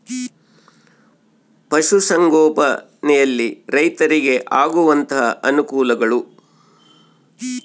ಪಶುಸಂಗೋಪನೆಯಲ್ಲಿ ರೈತರಿಗೆ ಆಗುವಂತಹ ಅನುಕೂಲಗಳು?